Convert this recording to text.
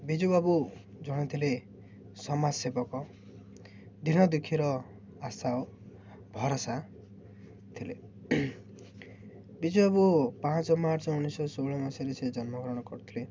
ବିଜୁବାବୁ ଜଣେ ଥିଲେ ସମାଜ ସେବକ ଦିନ ଦୁଃଖୀର ଆଶା ଓ ଭରସା ଥିଲେ ବିଜୁବାବୁ ପାଞ୍ଚ ମାର୍ଚ୍ଚ ଉଣେଇଶିଶହ ଷୋହଳ ମସିହାରେ ସେ ଜନ୍ମଗ୍ରହଣ କରିଥିଲେ